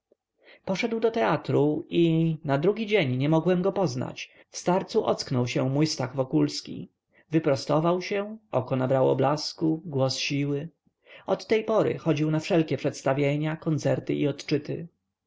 poszedł do teatru i na drugi dzień nie mogłem go poznać w starcu ocknął się mój stach wokulski wyprostował się oko nabrało blasku głos siły od tej pory chodził na wszelkie przedstawienia koncerty i odczyty